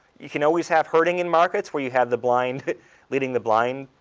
you can always have herding in markets, where you have the blind leading the blind,